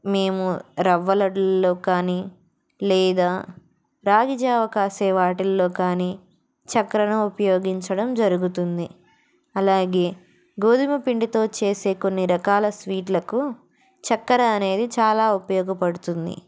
మేము రవ్వలడ్డుల్లో కానీ లేదా రాగిజావ కాసే వాటిల్లో కానీ చక్కరను ఉపయోగించడం జరుగుతుంది అలాగే గోధుమ పిండితో చేసే కొన్ని రకాల స్వీట్లకు చక్కర అనేది చాలా ఉపయోగపడుతుంది